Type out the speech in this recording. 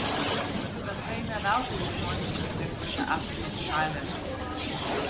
mūsų gandrai ne veltui žiemoti pasirinko šią afrikos šalį